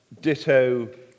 ditto